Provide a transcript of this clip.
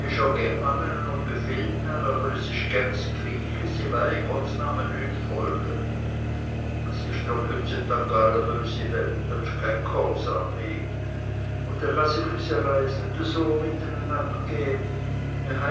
es so mit